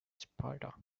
sparta